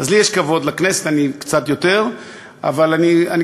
אז לי